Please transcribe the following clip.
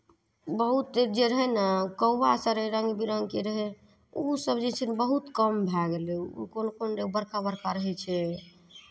बहुत जे रहय ने कौआ से रहै रङ्ग बिरङ्गके रहै ओसभ जे छै ने बहुत कम भए गेलै ओ कोन कोन रहै बड़का बड़का रहै छै